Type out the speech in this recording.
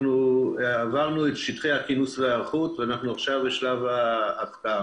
אנחנו עברנו את שטחי הכינוס וההיערכות ואנחנו עכשיו בשלב ההבקעה.